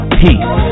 peace